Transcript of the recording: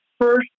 first